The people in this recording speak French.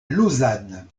lausanne